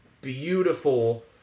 beautiful